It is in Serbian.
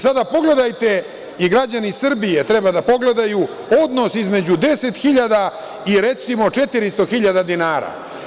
Sada pogledajte, i građani Srbije treba da pogledaju, odnos između deset hiljada i recimo 400 hiljada dinara.